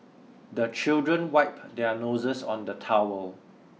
the children wipe their noses on the towel